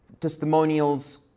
testimonials